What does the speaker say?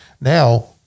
Now